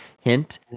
hint